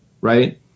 Right